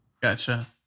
Gotcha